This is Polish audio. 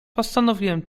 postanowiłem